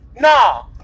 No